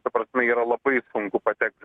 ta prasme yra labai sunku patekti